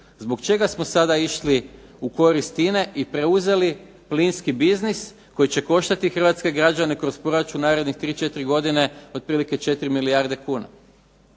Zbog čega smo sada išli u korist INA-e i preuzeli plinski biznis koji će koštati hrvatske građane kroz proračun narednih 3,4 godine otprilike 4 milijarde kuna?